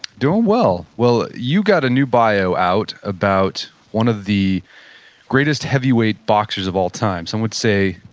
doing well. well, you got a new bio out about one of the greatest heavyweight boxers of all time. some would say,